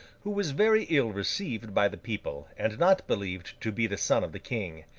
who was very ill received by the people, and not believed to be the son of the king.